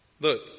Look